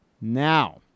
Now